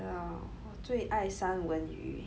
yeah 我最爱三文鱼